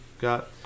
got